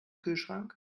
kühlschrank